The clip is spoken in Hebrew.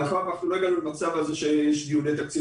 מאחר ולא הגענו למצב הזה שיש דיוני תקציב